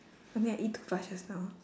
I mean I eat too fast just now